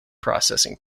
processing